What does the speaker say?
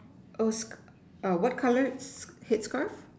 oh sc~ uh what colour head scarf